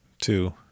Two